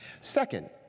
second